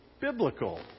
biblical